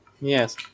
Yes